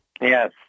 Yes